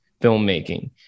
filmmaking